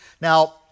Now